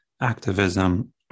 activism